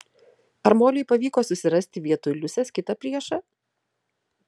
ar molei pavyko susirasti vietoj liusės kitą priešą